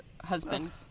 husband